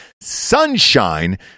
Sunshine